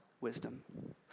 wisdom